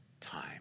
time